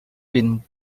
been